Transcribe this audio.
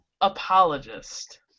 apologist